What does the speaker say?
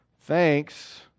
thanks